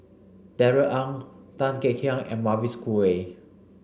Darrell Ang Tan Kek Hiang and Mavis Khoo Oei